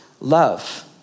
love